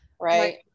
right